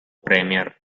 premier